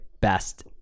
best